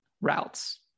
routes